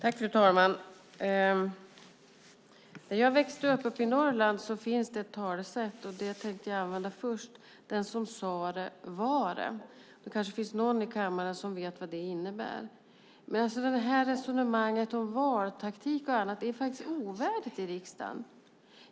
Fru talman! I Norrland, där jag växte upp, finns det ett talesätt som lyder: Den som sa det var det. Det kanske finns någon i kammaren som vet vad det innebär. Resonemanget om valtaktik är ovärdigt i riksdagen.